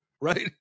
right